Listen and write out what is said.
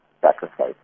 sacrifices